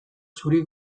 zuri